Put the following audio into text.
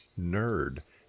nerd